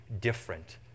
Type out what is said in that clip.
different